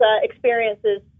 experiences